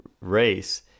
race